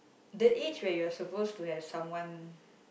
the age where you're supposed to have someone